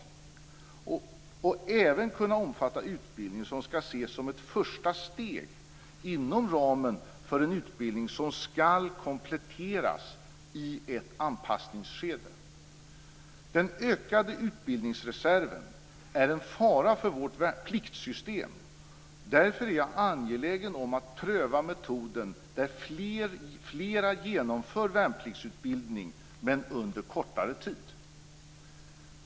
De skall även kunna omfatta utbildning som skall ses som ett första steg inom ramen för en utbildning som skall kompletteras i ett anpassningsskede. Den ökade utbildningsreserven är en fara för vårt pliktsystem. Därför är jag angelägen om att pröva metoden där flera genomför värnpliktsutbildning men under kortare tid.